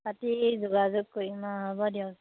পাতি যোগাযোগ কৰিম অঁ হ'ব দিয়ক